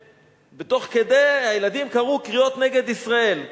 ותוך כדי הילדים קראו קריאות נגד ישראל.